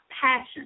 passion